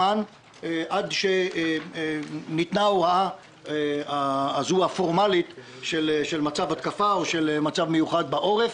עד שניתנה ההוראה הפורמלית הזאת של מצב התקפה או של מצב מיוחד בעורף,